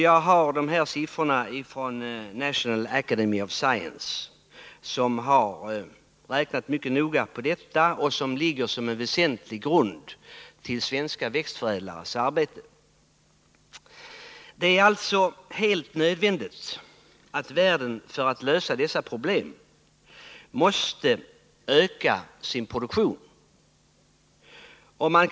Jag har fått uppgifterna från National Academy of Science, som har räknat mycket noga på detta och vars uppgifter till väsentlig del utgör grunden för svenska växtförädlares arbete. Det är alltså helt nödvändigt att öka livsmedelsproduktionen.